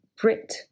Brit